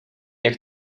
jak